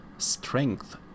Strength